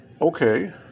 Okay